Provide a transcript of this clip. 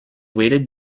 weighted